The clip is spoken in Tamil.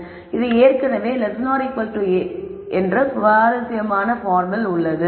இது ஏற்கனவே என்ற சுவாரஸ்யமான பார்மில் உள்ளது